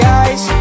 eyes